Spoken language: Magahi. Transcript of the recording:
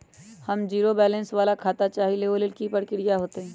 हम जीरो बैलेंस वाला खाता चाहइले वो लेल की की प्रक्रिया होतई?